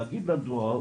להגיד לדואר